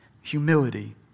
humility